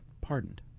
pardoned